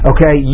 Okay